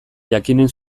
jakinen